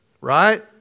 right